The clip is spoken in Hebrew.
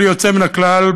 בלי יוצא מן הכלל,